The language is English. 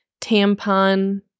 tampon